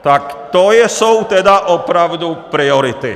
Tak to jsou tedy opravdu priority!